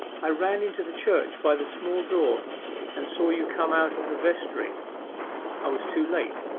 i ran into the church by the small door and saw you come out of the vestry i was too late.